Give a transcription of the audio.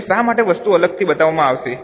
હવે શા માટે આ વસ્તુઓ અલગથી બતાવવામાં આવે છે